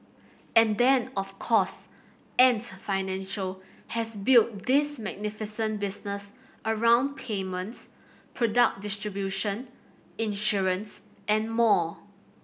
and then of course Ant Financial has built this magnificent business around payments product distribution insurance and more